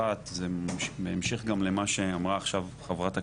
אחת זה בהמשך גם למה שאמרה עכשיו חברת הכנסת,